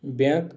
bank